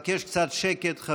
הצעות לסדר-היום מס' 1,